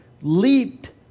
leaped